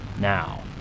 Now